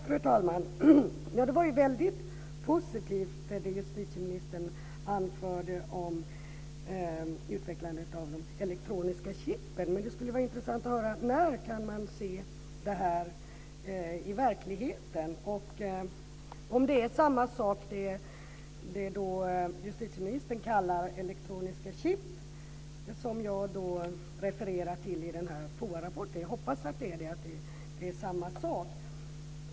Fru talman! Det som justitieministern anförde om utvecklandet av de elektroniska chipen var ju väldigt positivt. Men det skulle vara intressant att höra när man kan se det här i verkligheten och om det som justitieministern kallar elektroniska chip är samma sak som det som jag refererade till i den här FOA rapporten. Jag hoppas att det är samma sak.